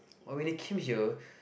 but when they came here